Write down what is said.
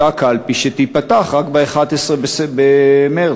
באותה קלפי שתיפתח רק ב-11 במרס.